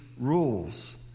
rules